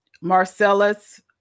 Marcellus